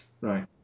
right